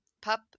pup